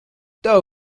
tev